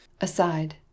Aside